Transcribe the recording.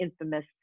infamous